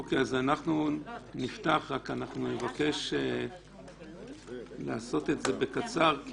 נפתח, רק נבקש לעשות את זה בקצר.